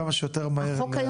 כמה שיותר מהר למשפחה.